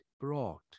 brought